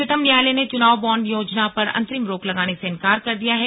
उच्चतम न्यायालय ने चुनाव बॉण्ड योजना पर अंतरिम रोक लगाने से इन्कार कर दिया है